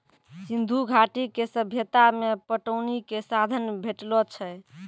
सिंधु घाटी के सभ्यता मे पटौनी के साधन भेटलो छै